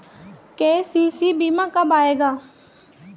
KCC बीमा कब आएगा?